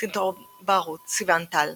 סרטון בערוץ "Sivan Tal",